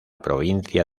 provincia